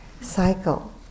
cycle